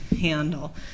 handle